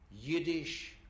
Yiddish